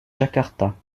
jakarta